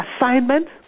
assignment